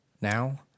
now